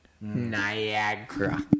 Niagara